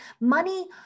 Money